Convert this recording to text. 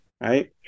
right